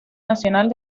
nacional